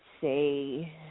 say